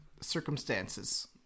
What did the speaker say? circumstances